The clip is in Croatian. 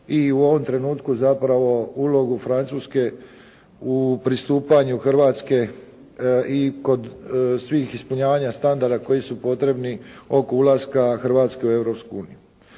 i u ovom trenutku i zapravo ulogu Francuske u pristupanju Hrvatske i kod svih ispunjavanja standarda koji su potrebni oko ulaska Hrvatske u